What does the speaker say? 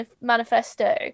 manifesto